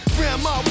Grandma